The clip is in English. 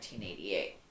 1988